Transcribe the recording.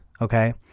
okay